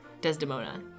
Desdemona